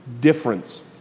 difference